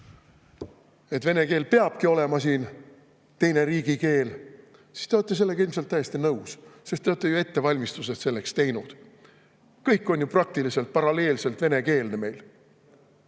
et vene keel peabki olema siin teine riigikeel, siis te olete sellega ilmselt täiesti nõus, sest te olete ju ettevalmistused selleks teinud. Kõik on meil ju praktiliselt paralleelselt venekeelne. Teie